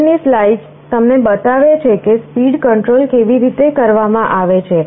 આગળની સ્લાઇડ્સ તમને બતાવે છે કે સ્પીડ કંટ્રોલ કેવી રીતે કરવામાં આવે છે